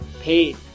paid